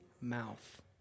mouth